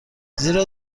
زیرا